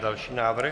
Další návrh.